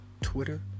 Twitter